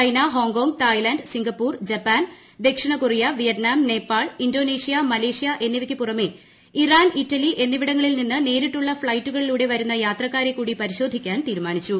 China Hong Kong Thailand Singapore Japan ദക്ഷിണ Korea Vietnam Nepal Indonesia Malaysia എന്നിവയ്ക്ക് പുറമേ Iran Italy എന്നിവിടങ്ങളിൽ നിന്ന് നേരിട്ടുള്ള ഫ്ളൈറ്റുകളിലൂടെ വരുന്ന യാത്രക്കാരെ കൂടി പരിശോധിക്കാൻ തീരുമാനിച്ചു